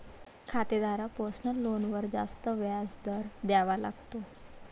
खातेदाराला पर्सनल लोनवर जास्त व्याज दर द्यावा लागतो